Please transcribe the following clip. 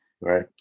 Right